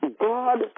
God